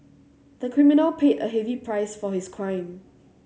the criminal paid a heavy price for his crime